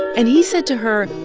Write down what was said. and he said to her,